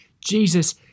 Jesus